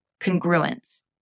congruence